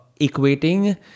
equating